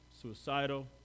suicidal